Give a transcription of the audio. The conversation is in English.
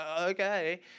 okay